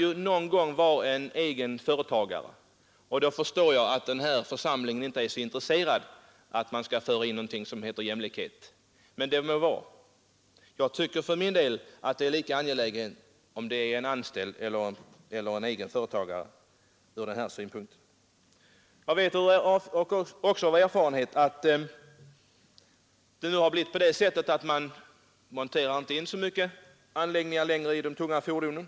Det kan någon gång vara en egen företagare, och då förstår jag att den här församlingen inte är så intresserade av att föra in någonting som heter jämlikhet, men det må vara. Jag tycker för min del att det är lika angeläget att ta bort avgiften om det är en anställd eller en egen företagare som kör fordonet. Jag vet också av erfarenhet att man inte längre monterar in så många anläggningar i de tunga fordonen.